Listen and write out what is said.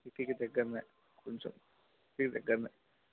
ఇంటికి దగ్గర కొంచెం ఇంటికి దగ్గర